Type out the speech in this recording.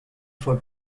for